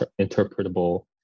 interpretable